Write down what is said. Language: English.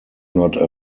not